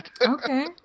Okay